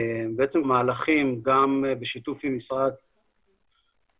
גם בשיתוף עם משרד התקשורת,